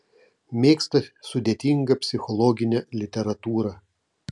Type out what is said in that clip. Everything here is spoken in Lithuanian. mėgsta sudėtingą psichologinę literatūrą